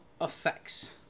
effects